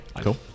Cool